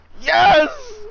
Yes